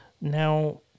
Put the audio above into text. Now